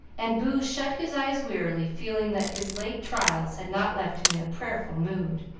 and boo shut his eyes wearily, feeling that his late trials had not left him in a prayerful mood.